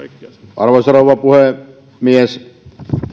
arvoisa rouva puhemies